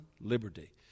liberty